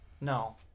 No